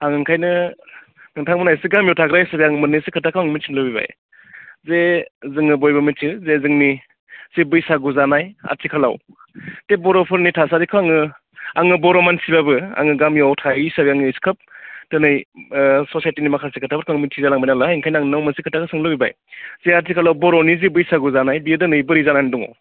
आं ओंखायनो नोंथां मोनहा इसे गामियाव थाग्रा हिसाबै आं मोननैसो खोथाखौ आं मिनथिनो लुबैबाय जे जोङो बयबो मिनथियो जे जोंनि जे बैसागु जानाय आथिखालाव बे बर'फोरनि थासारिखौ आङो बर' मानसिबाबो आङो गामियाव थायै हिसाबै आङो इसेग्राब दिनै ससायटिनि माखासे खोथाफोरखौ आं मिनथियै जालांबाय नालाय ओंखायनो आं नोंनाव मोनसे खोथाखौ सोंनो लुगैबाय जे आथिखालाव बर'नि जे बैसागु जानाय बियो दिनै बोरै जानानै दङ